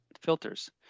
filters